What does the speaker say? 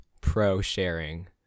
pro-sharing